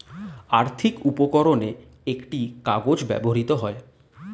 আর্থিক উপকরণে একটি কাগজ ব্যবহৃত হয়